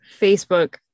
Facebook